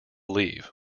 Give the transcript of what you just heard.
leave